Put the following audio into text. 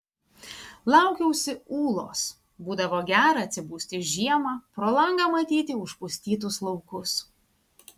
laukiausi ūlos būdavo gera atsibusti žiemą pro langą matyti užpustytus laukus